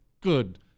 good